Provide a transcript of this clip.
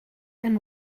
and